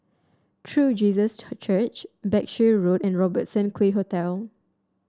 True Jesus Church Berkshire Road and Robertson Quay Hotel